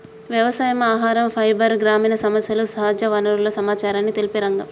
వ్యవసాయం, ఆహరం, ఫైబర్, గ్రామీణ సమస్యలు, సహజ వనరుల సమచారాన్ని తెలిపే రంగం